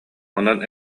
онтон